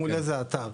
מול איזה אתר.